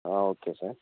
ah okay sir